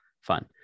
fun